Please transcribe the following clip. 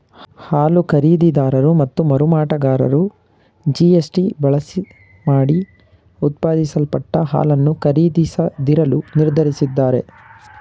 ಹಾಲು ಖರೀದಿದಾರರು ಮತ್ತು ಮರುಮಾರಾಟಗಾರರು ಬಿ.ಎಸ್.ಟಿ ಬಳಕೆಮಾಡಿ ಉತ್ಪಾದಿಸಲ್ಪಟ್ಟ ಹಾಲನ್ನು ಖರೀದಿಸದಿರಲು ನಿರ್ಧರಿಸಿದ್ದಾರೆ